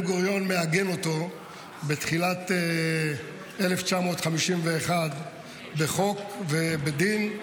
גוריון מעגן אותו בתחילת 1951 בחוק ובדין,